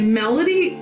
melody